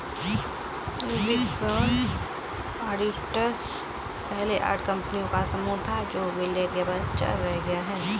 big four auditors पहले आठ कंपनियों का समूह था जो विलय के बाद चार रह गया